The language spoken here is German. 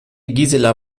gisela